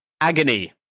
Agony